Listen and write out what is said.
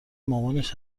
مامانش